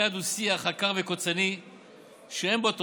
שהאטד הוא שיח עקר וקוצני שאין בו תועלת.